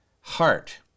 heart